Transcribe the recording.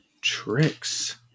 tricks